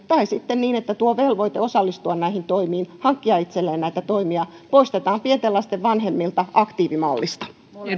tai sitten niin että tuo velvoite osallistua näihin toimiin ja hankkia itselleen näitä toimia poistetaan pienten lasten vanhemmilta aktiivimallista